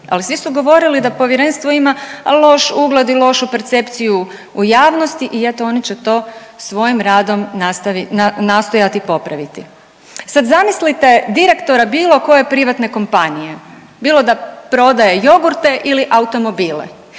ali svi su govorili da Povjerenstvo ima loš ugled i lošu percepciju u javnosti i eto oni će to svojim radom nastojati popraviti. Sada zamislite direktora bilo koje privatne kompanije bilo da prodaje jogurte ili automobile